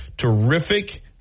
terrific